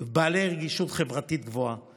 בעלי רגישות חברתית גבוהה.